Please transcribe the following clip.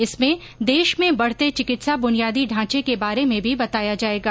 इसमें देश में बढ़ते चिकित्सा बुनियादी ढांचे के बारे में भी बताया जाएगा